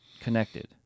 connected